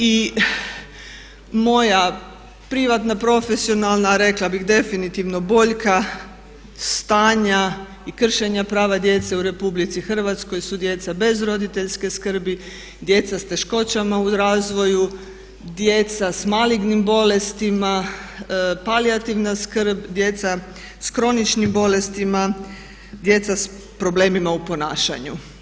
I moja privatna, profesionalna a rekla bih definitivno boljka stanja i kršenja prava djece u Republici Hrvatskoj su djeca bez roditeljske skrbi, djeca s teškoćama u razvoju, djeca s malignim bolestima, palijativna skrb, djeca s kroničnim bolestima, djeca s problemima u ponašanju.